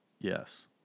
yes